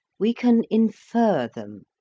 we can infer them,